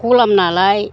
गलाम नालाय